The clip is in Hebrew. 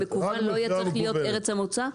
במקוון לא יצטרך להיות ארץ המוצא?